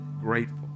grateful